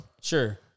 Sure